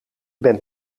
bent